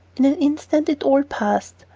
in an instant it all passed,